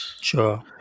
Sure